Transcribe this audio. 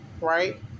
right